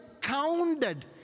counted